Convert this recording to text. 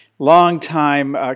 long-time